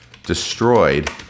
Destroyed